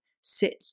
sit